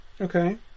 Okay